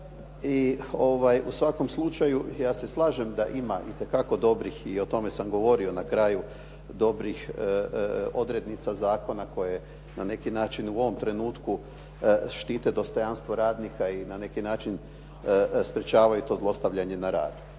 i u svakom slučaju ja se slažem da ima i te kako dobrih, i o tome sam govorio na kraju, dobrih odrednica zakona koje na neki način u ovom trenutku štite dostojanstvo radnika i na neki način sprječavaju to zlostavljanje na radu.